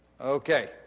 Okay